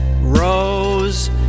rose